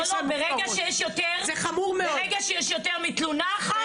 לא, לא, ברגע שיש יותר מתלונה אחת.